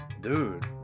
Dude